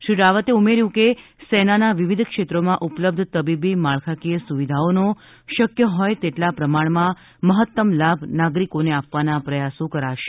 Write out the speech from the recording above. શ્રી રાવતે ઉમેર્યું હતું કે સેનાના વિવિધ ક્ષેત્રોમાં ઉપલબ્ધ તબીબી માળખાકીય સુવિધાઓનો શક્ય હોય તેટલા પ્રમાણમાં મહત્તમ લાભ નાગરિકોને આપવાના પ્રયાસો કરાશે